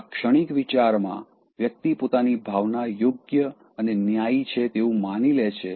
આ ક્ષણિક વિચાર માં વ્યક્તિ પોતાની ભાવના યોગ્ય અને ન્યાયી છે તેવું માની લે છે